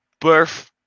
birth